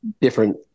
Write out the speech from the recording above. different